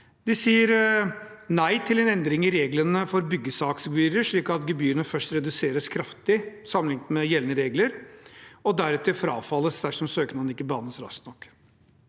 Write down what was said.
De sier nei til en endring i reglene for byggesaksgebyrer slik at gebyrene først reduseres kraftig sammenlignet med gjeldende regler, og deretter frafalles dersom søknaden ikke behandles raskt nok.